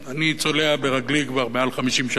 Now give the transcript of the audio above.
אני צולע ברגלי כבר יותר מ-50 שנה,